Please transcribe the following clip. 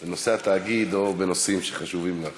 בנושא התאגיד או בנושאים החשובים לך.